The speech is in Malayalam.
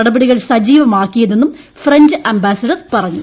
നട്ടപടികൾ സജിവമാക്കിയതെന്നും ഫ്രഞ്ച് അംബാസിഡർ പറഞ്ഞു